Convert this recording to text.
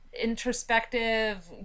introspective